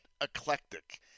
eclectic